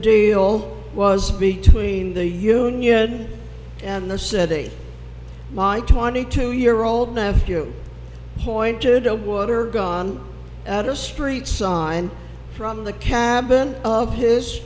duo was between the union and the city my twenty two year old nephew pointed a water gun at a street sign from the cabin of his